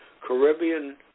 Caribbean